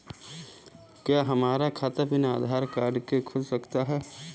क्या हमारा खाता बिना आधार कार्ड के खुल सकता है?